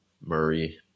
Murray